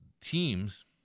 teams